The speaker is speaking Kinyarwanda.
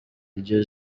iryo